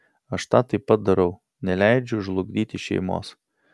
aš tą taip pat darau neleidžiu žlugdyti šeimos